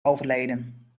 overleden